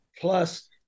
Plus